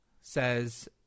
says